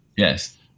Yes